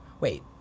Wait